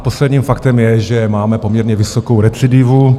Posledním faktem je, že máme poměrně vysokou recidivu.